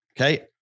Okay